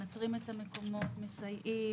אנחנו מנטרים את המקומות, מסייעים.